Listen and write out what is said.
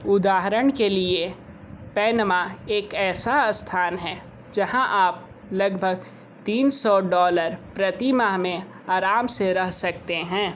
उदाहरण के लिए पैनमा एक ऐसा स्थान है जहाँ आप लगभग तीन सौ डॉलर प्रति माह में आराम से रह सकते हैं